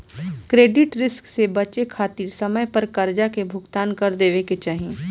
credit risk से बचे खातिर समय पर करजा के भुगतान कर देवे के चाही